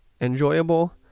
enjoyable